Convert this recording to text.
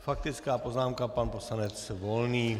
Faktická poznámka pan poslanec Volný.